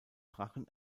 drachen